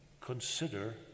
Consider